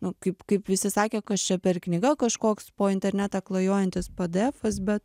nu kaip kaip visi sakė kas čia per knyga kažkoks po internetą klajojantis pėdėefas bet